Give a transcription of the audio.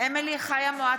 יעקב מרגי,